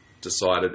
decided